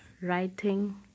Writing